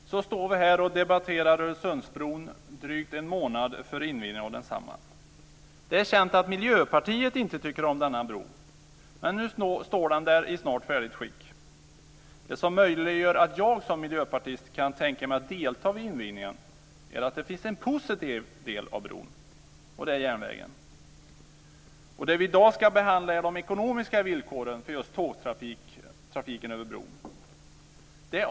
Fru talman! Så står vi här och debatterar Öresundsbron drygt en månad före invigningen av densamma. Det är känt att Miljöpartiet inte tycker om den här bron, men nu står den där i snart färdigt skick. Det som möjliggör att jag som miljöpartist kan tänka mig att delta vid invigningen är att det finns en positiv del av bron, och det är järnvägen. I dag ska vi behandla de ekonomiska villkoren för just tågtrafiken över bron.